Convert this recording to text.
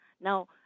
Now